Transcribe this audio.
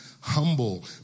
Humble